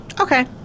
Okay